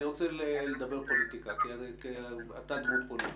אני רוצה לדבר פוליטיקה כי אתה דמות פוליטית: